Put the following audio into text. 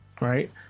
right